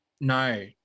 No